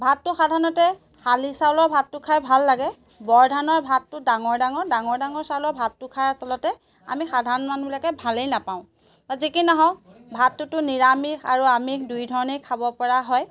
ভাতটো সাধাৰণতে শালি চাউলৰ ভাতটো খাই ভাল লাগে বৰধানৰ ভাতটো ডাঙৰ ডাঙৰ ডাঙৰ ডাঙৰ চাউলৰ ভাতটো খাই আচলতে আমি সাধাৰণ মানুহবিলাকে ভালেই নাপাওঁ বা যি কি নহওক ভাতটোতো নিৰামিষ আৰু আমিষ দুই ধৰণেই খাব পৰা হয়